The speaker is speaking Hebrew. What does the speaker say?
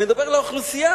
אני מדבר על האוכלוסייה,